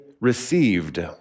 received